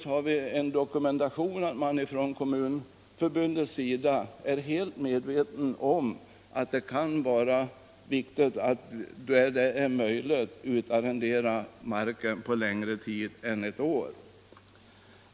Här har vi således en dokumentation av att Kommunförbundet är helt medvetet om att det kan vara viktigt att där så är möjligt arrendera ut marken på längre tid än ett år.